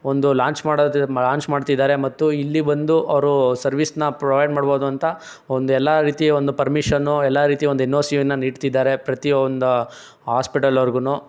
ಒಂದು ಲಾಂಚ್ ಮಾಡೋದು ಲಾಂಚ್ ಮಾಡ್ತಿದ್ದಾರೆ ಮತ್ತು ಇಲ್ಲಿ ಒಂದು ಅವರು ಸರ್ವಿಸ್ನ ಪ್ರೊವೈಡ್ ಮಾಡ್ಬೋದು ಅಂತ ಒಂದು ಎಲ್ಲ ರೀತಿಯ ಒಂದು ಪರ್ಮಿಷನು ಎಲ್ಲ ರೀತಿಯ ಒಂದು ಎನ್ ಒ ಸಿಯನ್ನು ನೀಡ್ತಿದ್ದಾರೆ ಪ್ರತಿ ಒಂದು ಹಾಸ್ಪಿಟಲ್ ಅವ್ರಿಗೂನು